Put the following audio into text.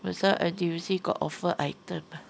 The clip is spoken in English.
but some N_T_U_C got offer item ah